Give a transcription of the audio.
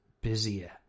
busier